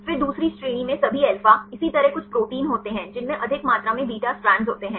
फिर दूसरी श्रेणी में सभी अल्फ़ा इसी तरह कुछ प्रोटीन होते हैं जिनमें अधिक मात्रा में बीटा स्ट्रैंड होते हैं